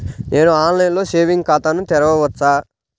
నేను ఆన్లైన్లో సేవింగ్స్ ఖాతాను తెరవవచ్చా?